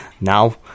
now